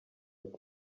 ati